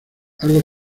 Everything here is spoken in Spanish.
algo